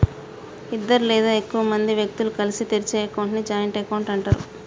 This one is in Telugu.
ఇద్దరు లేదా ఎక్కువ మంది వ్యక్తులు కలిసి తెరిచే అకౌంట్ ని జాయింట్ అకౌంట్ అంటరు